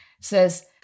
says